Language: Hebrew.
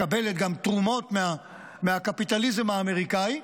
מקבלת גם תרומות מהקפיטליזם האמריקאי,